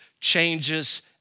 changes